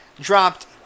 dropped